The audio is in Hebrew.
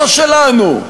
לא שלנו,